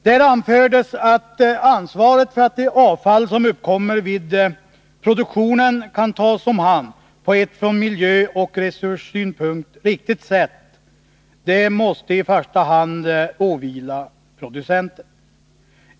Där anfördes att ansvaret för att det avfall som uppkommer vid produktionen kan tas om hand på ett från miljöoch resurssynpunkt riktigt sätt i första hand måste åvila producenten.